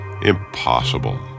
Impossible